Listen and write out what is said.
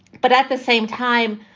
but at the same time,